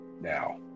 now